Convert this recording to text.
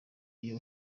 iyo